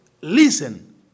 listen